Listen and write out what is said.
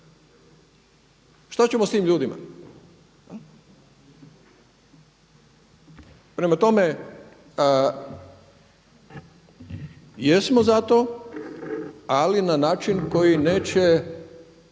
Što ćemo s tim ljudima? Prema tome, jesmo za to ali na način koji neće